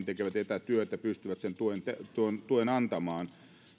tekevät etätyötä pystyvät sen tuen antamaan